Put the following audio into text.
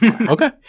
Okay